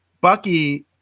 Bucky